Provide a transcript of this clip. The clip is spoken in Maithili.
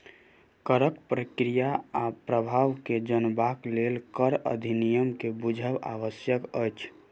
करक प्रक्रिया आ प्रभाव के जनबाक लेल कर अधिनियम के बुझब आवश्यक अछि